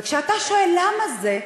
וכשאתה שואל: למה זה?